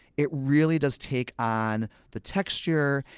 it really does take on the texture,